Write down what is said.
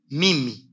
mimi